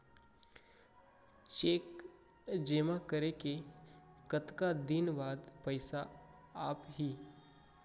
Cheque जेमा करें के कतका दिन बाद पइसा आप ही?